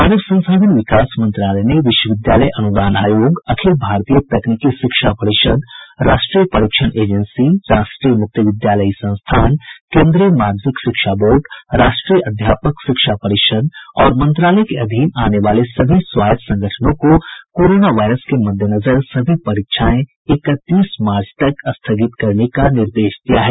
मानव संसाधन विकास मंत्रालय ने विश्वविद्यालय अनुदान आयोग अखिल भारतीय तकनीकी शिक्षा परिषद राष्ट्रीय परीक्षण एजेंसी राष्ट्रीय मुक्त विद्यालयी संस्थान केन्द्रीय माध्यमिक शिक्षा बोर्ड राष्ट्रीय अध्यापक शिक्षा परिषद और मंत्रालय के अधीन आने वाले सभी स्वायत्त संगठनों को कोरोना वायरस के मद्देनजर सभी परीक्षाएं इकतीस मार्च तक स्थगित करने का निर्देश दिया है